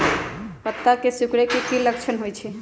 पत्ता के सिकुड़े के की लक्षण होइ छइ?